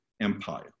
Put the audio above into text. empire